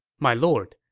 my lord,